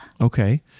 Okay